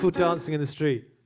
so dancing in the street.